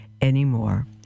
anymore